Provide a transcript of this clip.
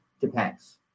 depends